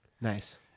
Nice